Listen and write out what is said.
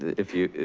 if you?